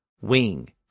wing